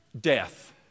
death